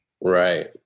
Right